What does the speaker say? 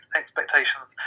expectations